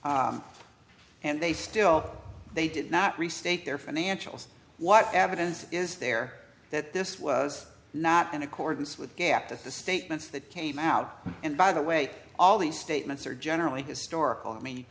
and they still they did not restrict their financials what evidence is there that this was not in accordance with the statements that came out and by the way all these statements are generally historical i mean